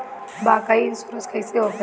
Bike insurance कैसे होखे ला?